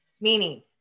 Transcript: meaning